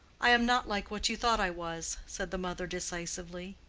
i am not like what you thought i was, said the mother decisively,